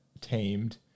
tamed